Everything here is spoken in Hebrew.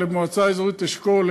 למועצה האזורית אשכול,